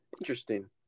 Interesting